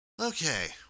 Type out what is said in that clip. Okay